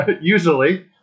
usually